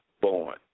born